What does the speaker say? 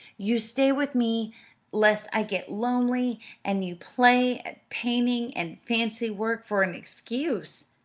you stay with me lest i get lonely and you play at painting and fancy-work for an excuse.